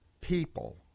people